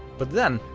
but then,